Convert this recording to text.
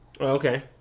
Okay